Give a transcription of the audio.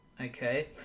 okay